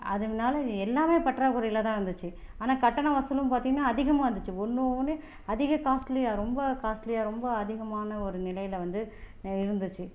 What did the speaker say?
அதனால் எல்லாமே பற்றாக்குறையில் தான் இருந்துச்சு ஆனால் கட்டண வசூலும் பார்த்தீங்கன்னா அதிகமாக இருந்துச்சு ஒன்று ஒன்று அதிக காஸ்ட்லியாக ரொம்ப காஸ்ட்லியாக ரொம்ப அதிகமான ஒரு நிலையில் வந்து இருந்துச்சு